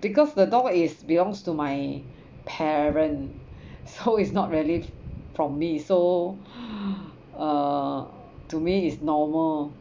because the dog is belongs to my parent so is not really from me so uh to me is normal lor